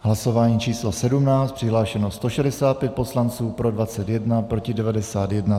Hlasování číslo 17, přihlášeno 165 poslanců, pro 21, proti 91.